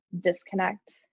disconnect